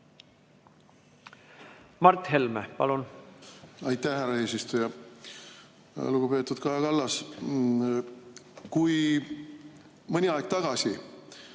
Mart Helme, palun! Aitäh, härra eesistuja! Lugupeetud Kaja Kallas! Kui mõni aeg tagasi